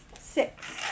Six